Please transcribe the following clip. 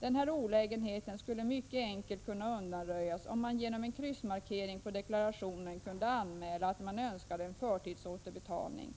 Denna olägenhet skulle mycket enkelt kunna undanröjas, om man genom en kryssmarkering på deklarationsblanketten kunde anmäla att man önskar en förtidsåterbetalning.